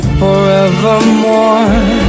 forevermore